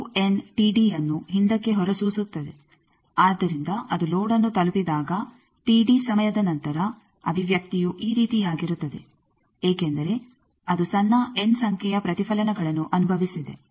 ಆದ್ದರಿಂದ ಅದು ಲೋಡ್ಅನ್ನು ತಲುಪಿದಾಗ ಸಮಯದ ನಂತರ ಅಭಿವ್ಯಕ್ತಿಯು ಈ ರೀತಿಯಾಗಿರುತ್ತದೆ ಏಕೆಂದರೆ ಅದು ಸಣ್ಣ ಎನ್ ಸಂಖ್ಯೆಯ ಪ್ರತಿಫಲನಗಳನ್ನು ಅನುಭವಿಸಿದೆ